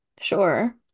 Sure